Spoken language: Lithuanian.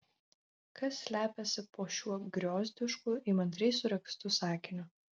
kas slepiasi po šiuo griozdišku įmantriai suregztu sakiniu